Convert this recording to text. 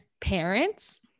parents